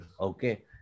okay